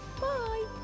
Bye